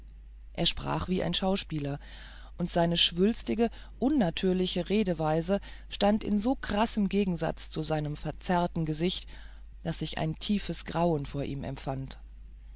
er sprach wie ein schauspieler und seine schwülstige unnatürliche redeweise stand in so krassem gegensatz zu seinem verzerrten gesicht daß ich ein tiefes grauen vor ihm empfand